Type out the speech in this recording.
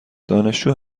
دانشجو